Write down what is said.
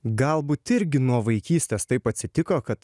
galbūt irgi nuo vaikystės taip atsitiko kad